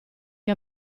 che